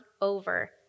over